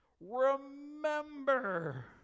Remember